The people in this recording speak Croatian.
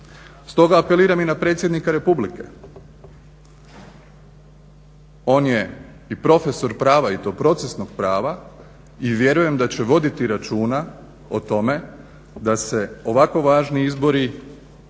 Stoga apeliram i na predsjednika republike, on je i profesor prava i to procesnog prava i vjerujem da će voditi računa o tome da se ovako važni izbori